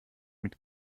mit